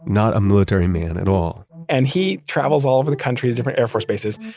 not a military man at all and he travels all over the country to different air force bases,